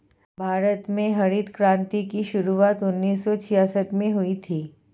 भारत में हरित क्रान्ति की शुरुआत उन्नीस सौ छियासठ में हुई थी